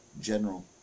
general